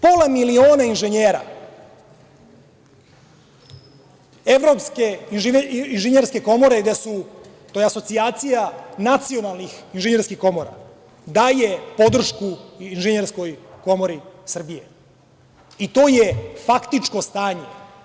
Pola miliona inženjera Evropske inženjerske komore, gde su, to je asocijacija nacionalnih inženjerskih komora, daje podršku Inženjerskoj komori Srbije i to je faktično stanje.